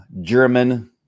German